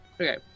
okay